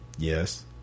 Yes